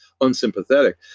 unsympathetic